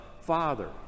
Father